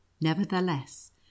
Nevertheless